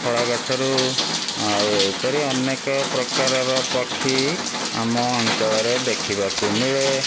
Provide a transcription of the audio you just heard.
ଫଳ ଗଛରୁ ଆଉ ଏହିପରି ଅନେକପ୍ରକାରର ପକ୍ଷୀ ଆମ ଅଞ୍ଚଳରେ ଦେଖିବାକୁ ମିଳେ